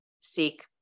seek